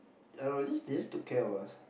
I don't know just they just took care of us